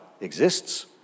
exists